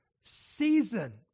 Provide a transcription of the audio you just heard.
season